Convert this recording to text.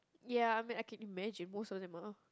ya I mean I can imagine most of them are